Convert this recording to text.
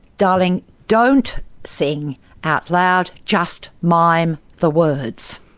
darling, don't sing out loud, just mime the words.